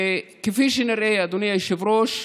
וכפי שנראה, אדוני היושב-ראש,